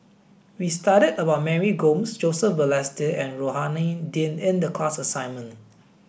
we studied about Mary Gomes Joseph Balestier and Rohani Din in the class assignment